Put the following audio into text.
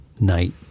night